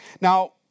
Now